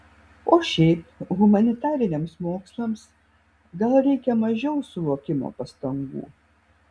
o šiaip humanitariniams mokslams gal reikia mažiau suvokimo pastangų